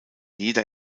jeder